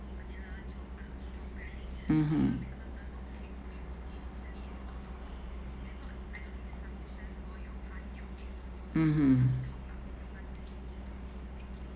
mmhmm mmhmm